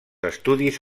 estudis